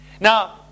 Now